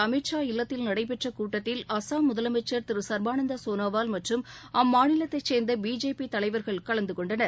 அமித் ஷா இல்லத்தில் நடைபெற்றகூட்டத்தில் அஸ்ஸாம் முதலமைச்சர் திரு சர்பானந்தசோனோவால் மற்றும் அம்மாநிலத்தைச் சேர்ந்தபிஜேபிதலைவர்கள் கலந்துகொண்டனர்